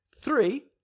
Three